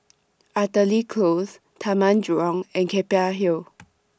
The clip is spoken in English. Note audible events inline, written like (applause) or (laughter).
Artillery Close Taman Jurong and Keppel Hill (noise)